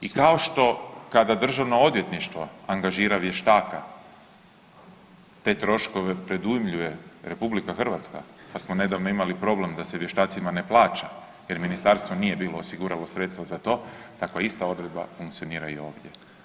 I kao što kada Državno odvjetništvo angažira vještaka, te troškove predujmljuje RH pa smo nedavno imali problem da se vještacima ne plaća, jer ministarstvo nije bilo osiguralo sredstva za to takva ista odredba funkcionira i ovdje.